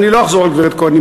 אני לא אחזור על גברת כהן,